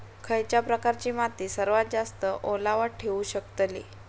खयच्या प्रकारची माती सर्वात जास्त ओलावा ठेवू शकतली?